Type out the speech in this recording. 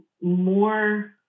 more